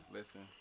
Listen